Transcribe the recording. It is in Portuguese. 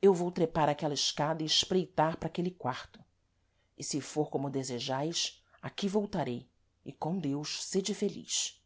eu vou trepar àquela escada e espreitar para aquele quarto e se fôr como desejais aqui voltarei e com deus sêde feliz